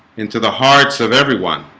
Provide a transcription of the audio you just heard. into the hearts of everyone